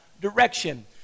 direction